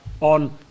on